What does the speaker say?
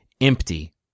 empty